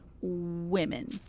Women